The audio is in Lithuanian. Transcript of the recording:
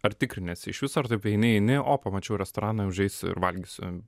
ar tikriniesi iš viso ar taip eini eini o pamačiau restoraną užeisiu ir valgysiu